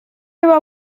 über